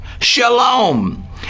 shalom